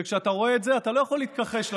וכשאתה רואה את זה אתה לא יכול להתכחש למציאות,